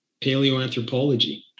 paleoanthropology